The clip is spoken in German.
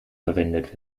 verwendet